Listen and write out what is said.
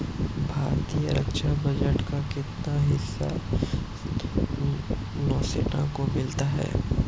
भारतीय रक्षा बजट का कितना हिस्सा नौसेना को मिलता है?